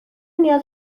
نیاز